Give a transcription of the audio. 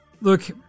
look